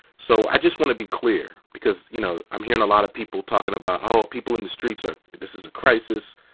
so i just want to be clear because, you know, i'm hearing a lot of people talking about, oh, people in the streets, or this is a crisis,